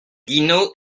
dino